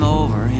over